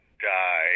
die